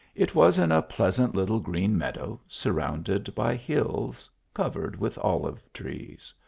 it was in a pleasant little green meadow, sur rounded by hills covered with olive trees.